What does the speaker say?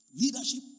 Leadership